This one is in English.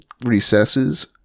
recesses